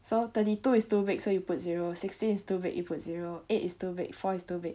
so thirty two is too big so you put zero sixteen is too big so you put zero eight is too big four is too big